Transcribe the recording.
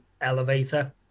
elevator